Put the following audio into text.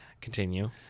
Continue